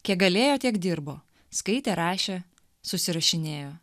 kiek galėjo tiek dirbo skaitė rašė susirašinėjo